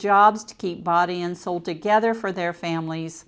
jobs to keep body and soul together for their families